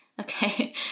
okay